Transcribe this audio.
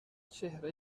چهره